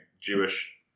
Jewish